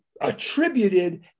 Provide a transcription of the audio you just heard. attributed